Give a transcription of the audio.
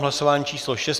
Hlasování číslo 6.